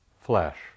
flesh